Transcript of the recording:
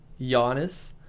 Giannis